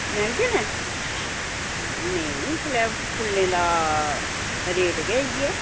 मैंह्गे न नेईं इसलै फुल्लें दा रेट गै इ'यै